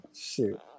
Shoot